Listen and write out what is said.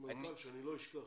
הערה, שאני לא אשכח.